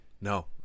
No